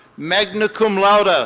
magna cum laude, ah